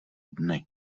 dny